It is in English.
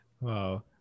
Wow